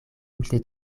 multe